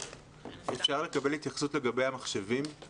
אפשר לקבל התייחסות לגבי המחשבים?